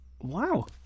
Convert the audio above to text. Wow